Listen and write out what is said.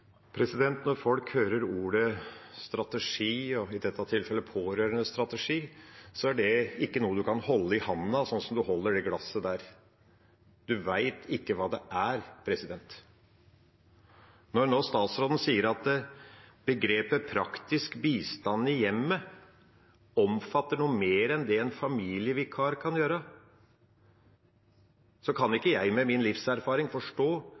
Når folk hører ordet «strategi» og i dette tilfellet ordet «pårørendestrategi», er ikke det noe en kan holde i handa, slik som statsråden holder det glasset der. En vet ikke hva det er. Når statsråden nå sier at uttrykket «praktisk bistand i hjemmet» omfatter noe mer enn det en familievikar kan gjøre, kan ikke jeg, med min livserfaring, forstå